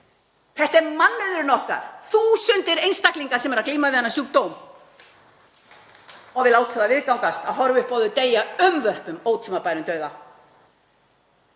Þetta er mannauðurinn okkar, þúsundir einstaklinga sem eru að glíma við þennan sjúkdóm og við látum það viðgangast að horfa upp á þau deyja unnvörpum ótímabærum dauða.